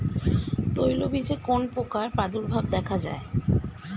তৈলবীজে কোন পোকার প্রাদুর্ভাব দেখা যায়?